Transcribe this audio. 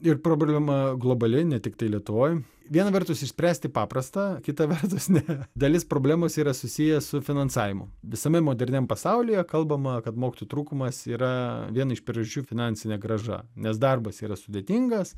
ir problema globali ne tiktai lietuvoj viena vertus išspręsti paprasta kita vertus ne dalis problemos yra susiję su finansavimu visame moderniam pasaulyje kalbama kad mokytojų trūkumas yra viena iš priežasčių finansinė grąža nes darbas yra sudėtingas